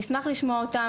נשמח לשמוע אותם.